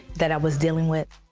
that i was dealing with.